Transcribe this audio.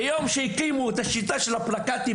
ביום שקמה השיטה של הפלקטים,